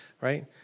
right